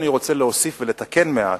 אני רוצה להוסיף ולתקן מעט.